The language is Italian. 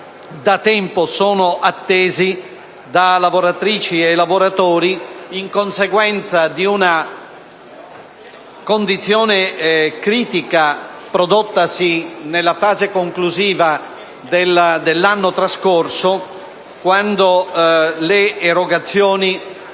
da tempo sono attesi da lavoratrici e lavoratori in conseguenza di una condizione critica prodottasi nella fase conclusiva dell'anno trascorso, quando le erogazioni